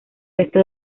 resto